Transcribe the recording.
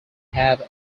have